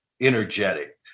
energetic